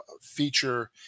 feature